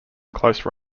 close